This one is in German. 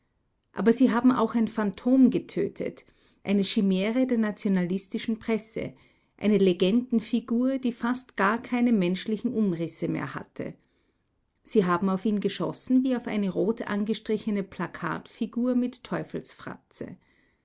aber sie haben auch ein phantom getötet eine chimäre der nationalistischen presse eine legendenfigur die fast gar keine menschlichen umrisse mehr hatte sie haben auf ihn geschossen wie auf eine rot angestrichene plakatfigur mit